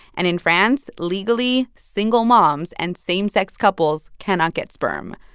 and in france, legally, single moms and same-sex couples cannot get sperm.